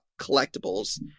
collectibles